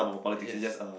yes